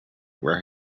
were